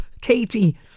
Katie